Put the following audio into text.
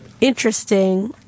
interesting